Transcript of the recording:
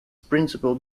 principal